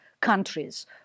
countries